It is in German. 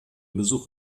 besuch